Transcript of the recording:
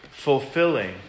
Fulfilling